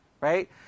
right